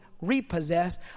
repossess